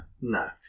No